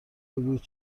بگویید